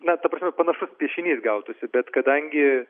na ta prasme panašus piešinys gautųsi bet kadangi